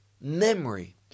memory